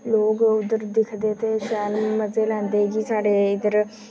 लोक उद्धर दिखदे ते शैल मजे लैंदे जे साढ़े इद्धर